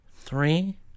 three